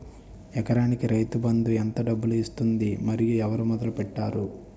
ఎకరానికి రైతు బందు ఎంత డబ్బులు ఇస్తుంది? మరియు ఎవరు మొదల పెట్టారు?